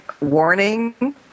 warning